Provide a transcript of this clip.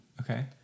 Okay